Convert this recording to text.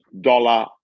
Dollar